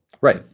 right